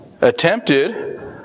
attempted